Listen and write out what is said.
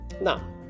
Now